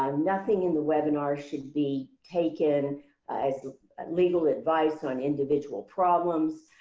um nothing in the webinar should be taken as legal advice on individual problems.